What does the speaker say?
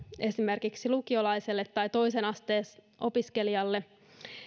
esimerkiksi lukiolaiselle tai toisen asteen opiskelijalle